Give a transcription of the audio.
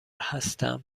هستم